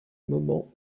moment